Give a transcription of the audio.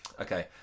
okay